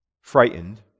Frightened